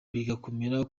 bigakomera